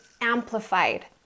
amplified